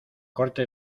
corte